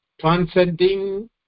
transcending